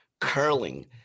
Curling